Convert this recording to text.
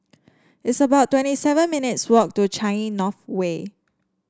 it's about twenty seven minutes' walk to Changi North Way